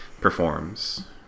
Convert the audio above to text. performs